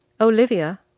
Olivia